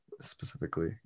specifically